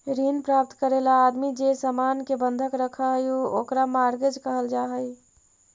ऋण प्राप्त करे ला आदमी जे सामान के बंधक रखऽ हई ओकरा मॉर्गेज कहल जा हई